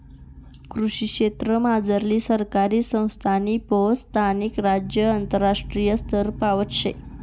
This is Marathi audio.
कृषी क्षेत्रमझारली सहकारी संस्थासनी पोहोच स्थानिक, राज्य आणि आंतरराष्ट्रीय स्तरपावत शे